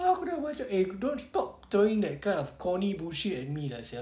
aku dah macam eh kau don't stop throwing that kind of corny bullshit at me lah sia